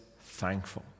thankful